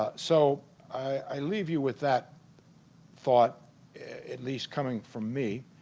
ah so i leave you with that thought at least coming from me